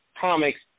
comics